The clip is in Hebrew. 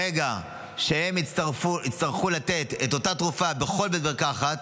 ברגע שהם יצטרכו לתת את אותה תרופה בכל בית מרקחת,